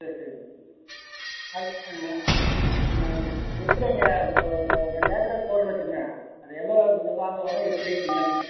சரி சரிங்க அது அ அ அது எப்படிங்க அது ஒரு ரெண்டு ஏக்கராக்கு போடுறோன்னு வைச்சுக்கங்க அது எவ்வளோ விதை வாங்கணும் எப்படி என்னன்னு